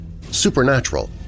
supernatural